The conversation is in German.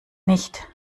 nicht